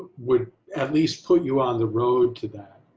would at least put you on the road to that,